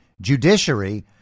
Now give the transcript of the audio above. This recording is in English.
judiciary